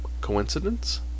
coincidence